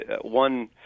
one